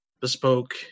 bespoke